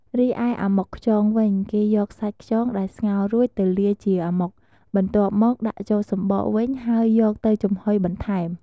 រីឯអាម៉ុកខ្យងវិញ គេយកសាច់ខ្យងដែលស្ងោររួចទៅលាយជាអាម៉ុក បន្ទាប់មកដាក់ចូលសំបកវិញហើយយកទៅចំហុយបន្ថែម។